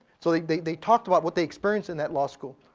so, like they they talked about what they experience in that law school.